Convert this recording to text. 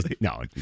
no